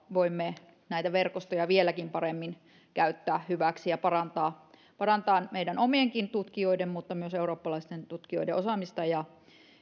voimme näitä verkostoja vieläkin paremmin käyttää hyväksi ja parantaa parantaa meidän omienkin tutkijoidemme mutta myös eurooppalaisten tutkijoiden osaamista ja